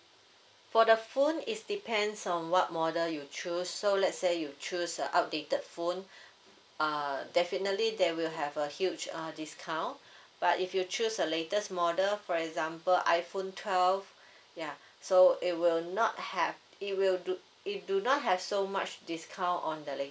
for the phone is depends on what model you choose so lets say you choose a outdated phone uh definitely there will have a huge uh discount but if you choose a latest model for example iphone twelve yeah so it will not have it will do it do not have so much discount on the latest